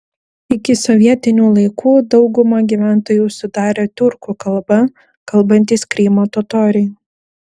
iki sovietinių laikų daugumą gyventojų sudarė tiurkų kalba kalbantys krymo totoriai